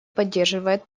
поддерживает